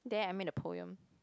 there I made a poem